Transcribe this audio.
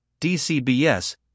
DCBS